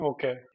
Okay